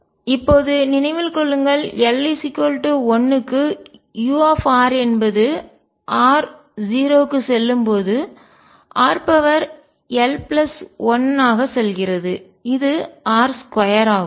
இப்போது நினைவில் கொள்ளுங்கள் l 1 க்கு u என்பது r 0 க்கு செல்லும்போது rl1 ஆக செல்கிறது இது r2 ஆகும்